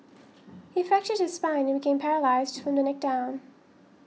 he fractured his spine and became paralysed from the neck down